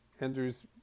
Andrews